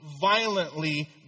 violently